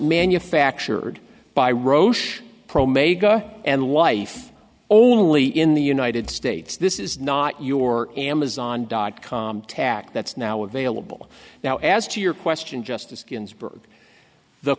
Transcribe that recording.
manufactured by roche pro mega and life only in the united states this is not your amazon dot com tac that's now available now as to your question justice ginsburg the